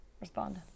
respond